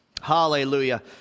Hallelujah